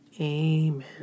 Amen